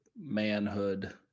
manhood